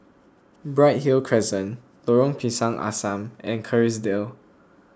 Bright Hill Crescent Lorong Pisang Asam and Kerrisdale